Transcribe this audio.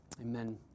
Amen